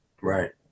right